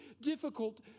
difficult